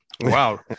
Wow